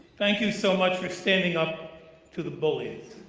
thank you so much for standing up to the bullies.